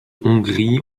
hongrie